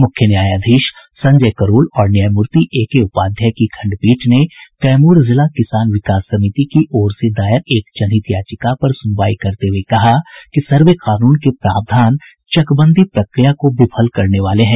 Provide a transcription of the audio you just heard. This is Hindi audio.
मूख्य न्यायाधीश संजय करोल और न्यायमूर्ति ए के उपाध्याय की खंडपीठ ने कैमूर जिला किसान विकास समिति की ओर से दायर एक जनहित याचिका पर सुनवाई करते हुये कहा कि सर्वे कानून के प्रावधान चकबंदी प्रक्रिया को विफल करने वाले हैं